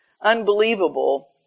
unbelievable